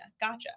Gotcha